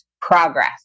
progress